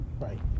right